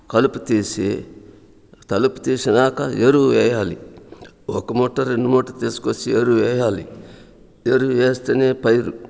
కలుపు తీసి తలుపు తీసినాక ఎరువు వేయాలి ఒక మూట రెండు మూట తీసుకొచ్చి ఎరువు వేయాలి ఎరువు వేస్తేనే పైరు